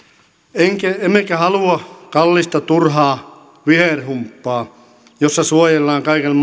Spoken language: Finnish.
emmekä emmekä halua kallista turhaa viherhumppaa jossa suojellaan kaiken